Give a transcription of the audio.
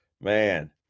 man